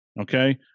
Okay